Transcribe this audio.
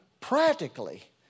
practically